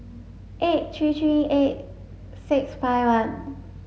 eight three three eight six five one